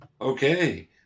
okay